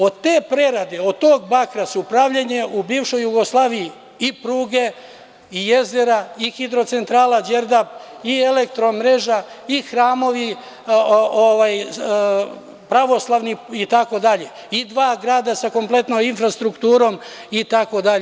Od te prerade, od tog bakra su pravljene u bivšoj Jugoslaviji i pruge i jezera i hidrocentrala Đerdap i elektromreža i hramovi pravoslavni i dva grada sa kompletnom infrastrukturom itd.